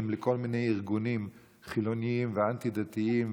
לכל מיני ארגונים חילוניים ואנטי-דתיים,